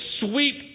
sweep